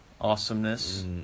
Awesomeness